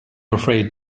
afraid